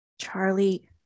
Charlie